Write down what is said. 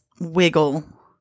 wiggle